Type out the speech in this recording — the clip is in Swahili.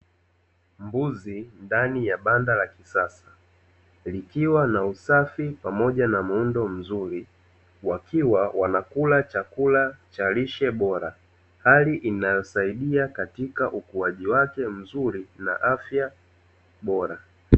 Mbuzi ndani ya banda la kisasa, likiwa na usafi pamoja na muundo mzuri, wakiwa wanakula chakula cha lishe bora, hali inayosaidia katika ukuwaji wake mzuri na afya bora.